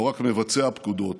לא רק מבצע פקודות,